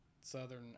southern